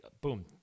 boom